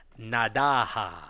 Nadaha